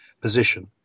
position